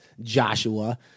Joshua